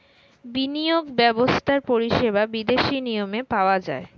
বিনিয়োগ ব্যবস্থার পরিষেবা বিদেশি নিয়মে পাওয়া যায়